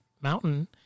Mountain